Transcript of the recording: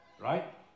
Right